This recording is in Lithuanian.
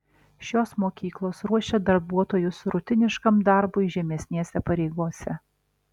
šios mokyklos ruošia darbuotojus rutiniškam darbui žemesnėse pareigose